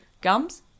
Gums